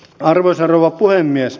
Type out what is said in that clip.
arvoisa rouva puhemies